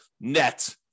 net